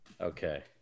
Okay